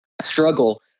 struggle